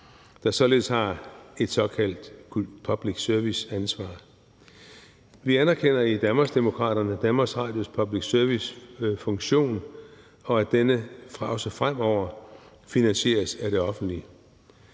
der således har et såkaldt public service-ansvar. Vi anerkender i Danmarksdemokraterne DR's public service-funktion, og at denne også fremover finansieres af det offentlige.